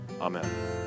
Amen